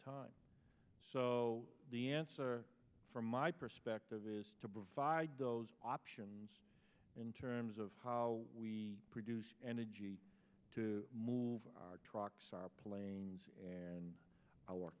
time so the answer from my perspective is to provide those options in terms of how we produce energy to move trucks our planes and our